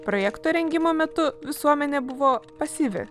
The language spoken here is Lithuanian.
projekto rengimo metu visuomenė buvo pasyvi